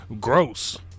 gross